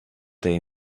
they